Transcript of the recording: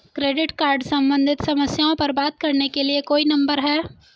Credit card सम्बंधित समस्याओं पर बात करने के लिए कोई नंबर है?